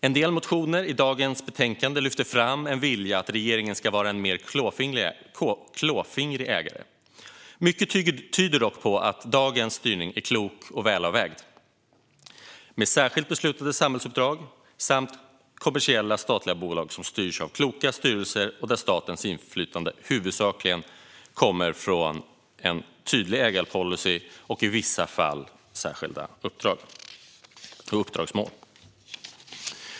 En del motioner i dagens betänkande lyfter fram en vilja att regeringen ska vara en mer klåfingrig ägare. Mycket tyder dock på att dagens styrning är klok och välavvägd med särskilt beslutade samhällsuppdrag samt kommersiella statliga bolag som styrs av kloka styrelser där statens inflytande huvudsakligen kommer från en tydlig ägarpolicy och i vissa fall särskilda uppdrag och uppdragsmål.